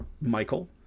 Michael